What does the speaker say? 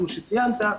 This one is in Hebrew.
כמו שציינת,